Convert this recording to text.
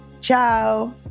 Ciao